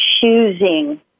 choosing –